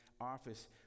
office